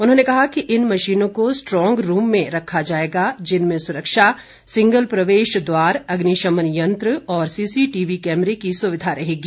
उन्होंने कहा कि इन मशीनों को स्ट्रांग रूम में रखा जाएगा जिनमें सुरक्षा सिंगल प्रवेश द्वार अग्निशमन यंत्र और सीसीटीवी कैमरे की सुविधा रहेगी